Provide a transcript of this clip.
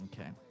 Okay